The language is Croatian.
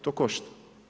To košta.